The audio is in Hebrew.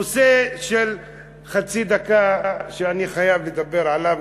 נושא של חצי דקה שאני חייב לדבר עליו,